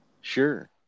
Sure